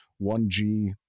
1G